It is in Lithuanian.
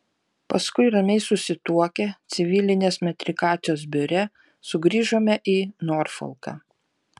paskui ramiai susituokę civilinės metrikacijos biure sugrįžome į norfolką